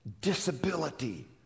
disability